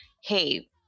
Hey